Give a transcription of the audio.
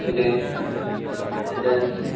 dance